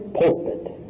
pulpit